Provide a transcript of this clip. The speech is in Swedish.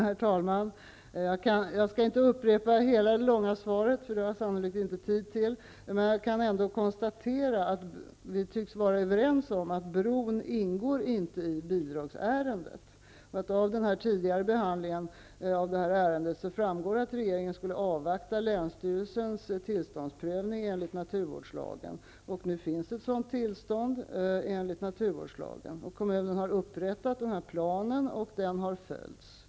Herr talman! Jag skall inte upprepa hela det långa svaret. Det har jag sannolikt inte tid till. Jag kan ändå konstatera att vi tycks vara överens om att bron inte ingår i bidragsärendet. Av den tidigare behandlingen av ärendet framgår att regeringen skulle avvakta länsstyrelsens tillståndsprövning enligt naturvårdslagen. Nu finns ett sådant tillstånd. Kommunen har upprättat den aktuella planen och den har följts.